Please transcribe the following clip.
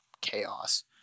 chaos